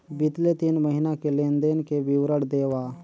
बितले तीन महीना के लेन देन के विवरण देवा?